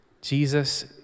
Jesus